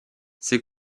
ses